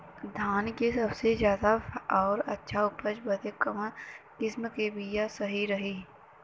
धान क सबसे ज्यादा और अच्छा उपज बदे कवन किसीम क बिया सही रही?